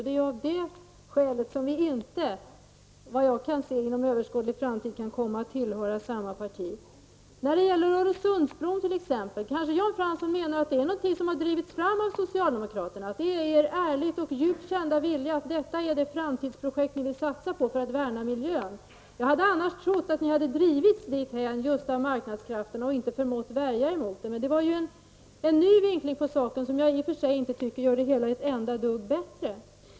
Det är av det skälet som vi inte, efter vad jag kan se, inom överskådlig tid kan komma att tillhöra samma parti. Menar Jan Fransson t.ex. att Öresundsbron är någonting som har drivits fram av socialdemokraterna? Är det er ärliga och djupt kända vilja att detta är ett framtidsprojekt för att värna miljön? Jag trodde annars att ni hade drivits dithän av marknadskrafterna och inte förmått att värja er mot dem. Detta är en ny vinkling av saken, som jag i och för sig inte tycker gör det hela ett enda dyft bättre.